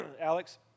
Alex